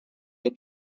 had